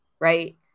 Right